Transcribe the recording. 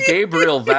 Gabriel